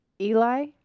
Eli